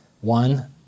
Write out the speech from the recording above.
one